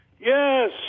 Yes